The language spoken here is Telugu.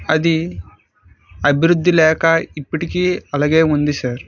అది అభివృద్ధి లేక ఇప్పటికి అలాగే ఉంది సార్